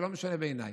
זה לא משנה בעיניי,